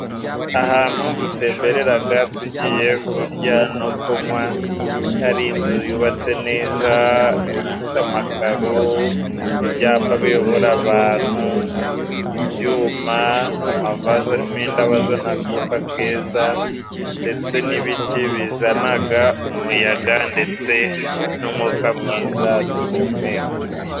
Ahantu dutembereraga tugiye kurya no kunywa hari inzu yubatse neza ifite amakaro, ibyapa biyobora abantu, ibyuma, amavaze arimo indabo azana akuka keza ndetse n'ibiti bizanaga umuyaga ndetse n'umwuka mwiza duhumeka.